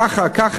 יעשה ככה,